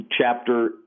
Chapter